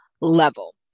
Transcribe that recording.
level